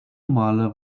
male